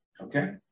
Okay